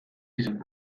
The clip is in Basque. izan